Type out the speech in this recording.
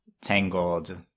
Tangled